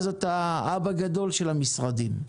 אז אתה אבא גדול של המשרדים.